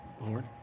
Lord